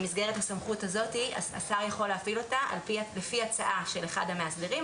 במסגרת הסמכות הזאת השר יכול להפעיל אותה לפי הצעה של אחד המאסדרים.